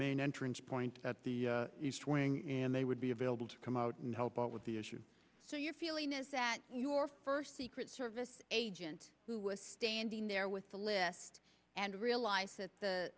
main entrance point at the east wing and they would be available to come out and help out with the issue so your feeling is that your first secret service agent who was standing there with the list and realized that the